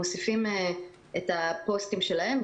הם מוסיפים את הפוסטים שלהם,